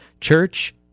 church